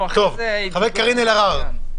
טוב, קארין אלהרר.